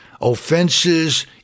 offenses